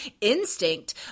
instinct